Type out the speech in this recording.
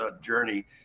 journey